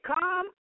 come